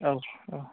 औ औ